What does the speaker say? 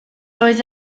oedd